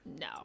No